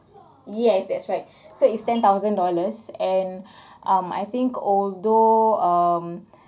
yes that's right so it's ten thousand dollars and um I think although um